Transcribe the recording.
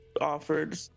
offered